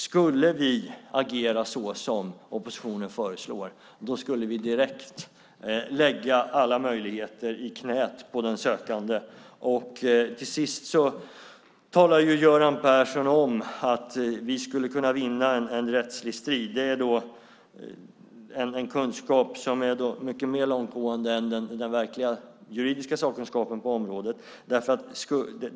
Skulle vi agera så som oppositionen föreslår skulle vi direkt lägga alla möjligheter i knäet på den sökande. Till sist sade Göran Persson att vi skulle kunna vinna en rättslig strid. Det är i så fall en kunskap som är betydligt mer långtgående än den verkliga juridiska sakkunskapen på området.